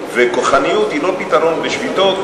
וכוחניות היא לא פתרון לשביתות,